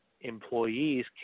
employees